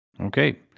Okay